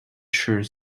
shirt